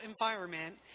environment